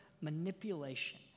manipulation